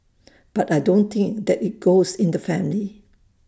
but I don't think that IT goes in the family